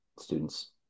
students